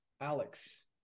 Alex